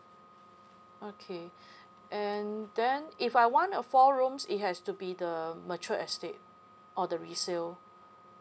okay and then if I want a four rooms it has to be the mature estate or the resale